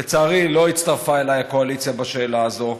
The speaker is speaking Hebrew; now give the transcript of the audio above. לצערי, לא הצטרפה אליי הקואליציה בשאלה הזאת.